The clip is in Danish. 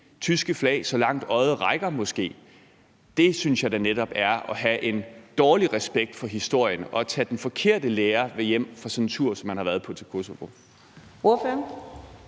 tyske flag, så langt øjet rækker, måske. Det synes jeg da netop er at have en dårlig respekt for historien og at tage den forkerte lære med hjem fra sådan en tur, som man har været på, til Kosovo.